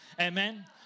Amen